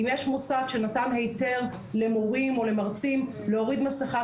אם יש מוסד שנתן היתר למורים או למרצים להוריד מסכה,